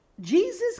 Jesus